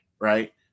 right